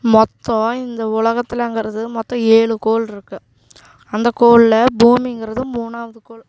மொத்தம் இந்த உலகத்துலங்கிறது மொத்தம் ஏழு கோள் இருக்கு அந்த கோளில் பூமிங்கிறது மூணாவது கோள்